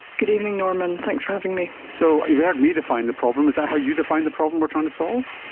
good evening norman, thanks for having me. so you've heard me define the problem, is that how you define the problem we're trying to solve?